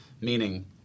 Meaning